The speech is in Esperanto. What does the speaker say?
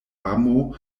amo